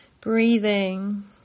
Breathing